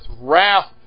wrath